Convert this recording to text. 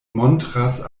montras